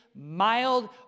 mild